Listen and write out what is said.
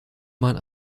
man